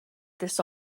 this